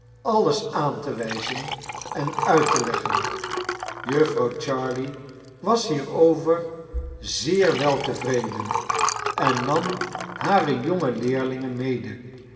alles aan te wijzen en uit te leggen jufvrouw jarley was hierover zeer weltevreden en nam hare jonge leerlinge mede